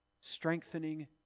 strengthening